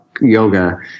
Yoga